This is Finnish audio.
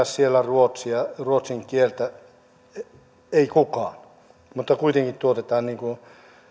siellä tarvita ruotsin kieltä ei kukaan mutta kuitenkin tuotetaan niin kuin